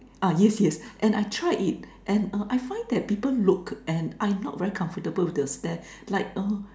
ah yes yes and I try it and uh I find that people look and I'm not very comfortable with the stares like a